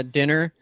dinner